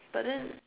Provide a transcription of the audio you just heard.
but then